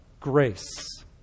grace